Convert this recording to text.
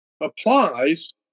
applies